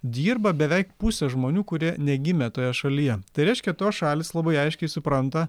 dirba beveik pusė žmonių kurie negimę toje šalyje tai reiškia tos šalys labai aiškiai supranta